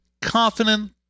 confident